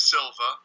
Silva